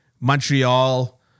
Montreal